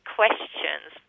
questions